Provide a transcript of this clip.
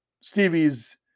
Stevie's